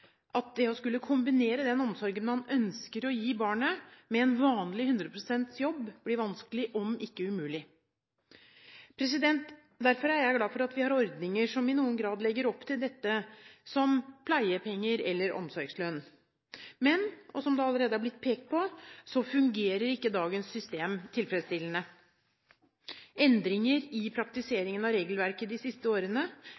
tid. Det å skulle kombinere den omsorgen man ønsker å gi barnet, med en vanlig 100 pst. jobb, blir vanskelig, om ikke umulig. Derfor er jeg glad for at vi har ordninger som i noen grad legger opp til dette, som pleiepenger eller omsorgslønn. Men som det allerede er blitt pekt på, fungerer ikke dagens system tilfredsstillende. Endringer i